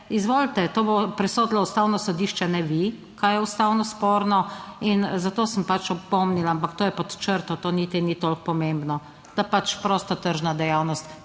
izvolite, to bo presodilo Ustavno sodišče, ne vi, kaj je ustavno sporno. In zato sem pač opomnila, ampak to je pod črto, to niti ni toliko pomembno, da pač prostotržna dejavnost,